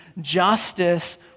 justice